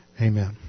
Amen